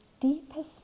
deepest